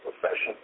profession